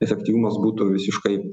efektyvumas būtų visiškai